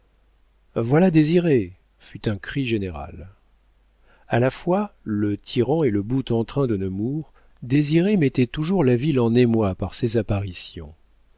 voilà désiré fut un cri général a la fois le tyran et le boute-en-train de nemours désiré mettait toujours la ville en émoi par ses apparitions